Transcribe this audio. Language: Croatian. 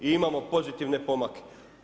I imamo pozitivne pomake.